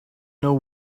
know